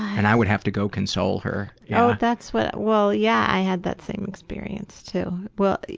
and i would have to go console her, yeah. oh that's what, well, yeah i had that same experience too well,